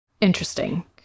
interesting